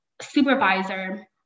supervisor